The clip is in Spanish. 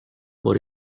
por